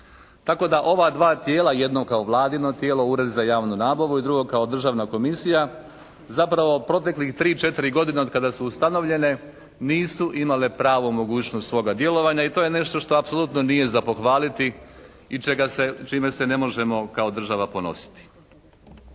tako da ova dva tijela, jedno kao Vladino tijelo, Ured za javnu nabavu i drugo, kao državna komisija zapravo proteklih 3, 4 godine od kada su ustanovljene nisu imale pravu mogućnost svoga djelovanja. I to je nešto što apsolutno nije za pohvaliti i čime se ne možemo kao država ponositi.